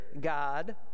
God